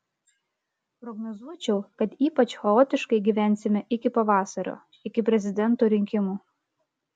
prognozuočiau kad ypač chaotiškai gyvensime iki pavasario iki prezidento rinkimų